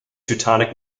teutonic